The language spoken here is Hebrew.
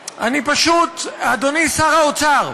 פשוט, אדוני שר האוצר,